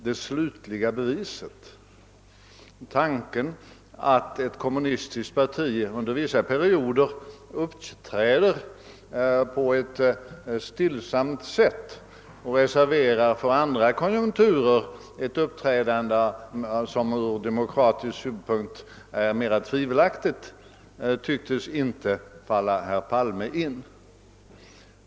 »Det slutliga beviset« — tanken att ett kommunistiskt parti under vissa perioder uppträder på ett stillsamt sätt och reserverar för andra konjunkturer ett uppträdande som ur demokratisk synpunkt är mera tvivelaktig tycktes inte falla herr Palme in.